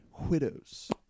widows